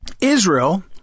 Israel